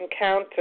encounter